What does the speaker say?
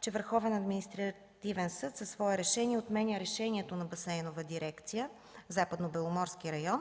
че Върховен административен съд със свое решение отменя решението на Басейнова дирекция „Западнобеломорски район”,